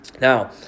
Now